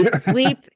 Sleep